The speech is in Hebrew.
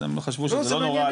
אז הם חשבו שזה לא נורא.